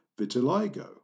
vitiligo